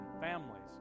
families